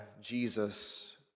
Jesus